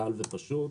קל ופשוט,